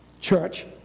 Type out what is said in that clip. church